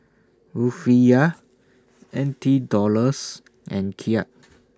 Rufiyaa N T Dollars and Kyat